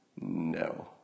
No